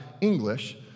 English